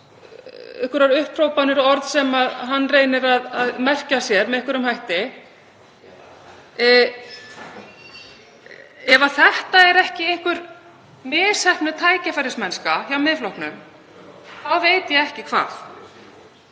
með alls konar upphrópanir og orð sem hann reynir að merkja sér með einhverjum hætti. Ef þetta er ekki misheppnuð tækifærismennska hjá Miðflokknum þá veit ég ekki hvað.